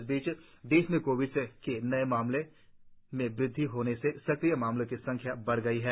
इस बीच देश में कोविड के नये मामलों में वृद्धि होने से सक्रिय मामलों की संख्या बढ गई है